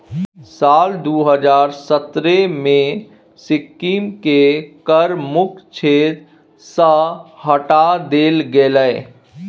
साल दू हजार सतरहे मे सिक्किमकेँ कर मुक्त क्षेत्र सँ हटा देल गेलै